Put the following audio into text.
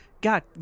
God